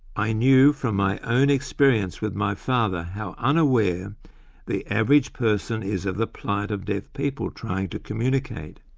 i knew from my own experience with my father how unaware the average person is of the plight of deaf people trying to communicate.